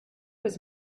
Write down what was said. was